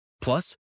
Plus